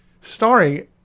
starring